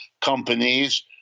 companies